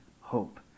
hope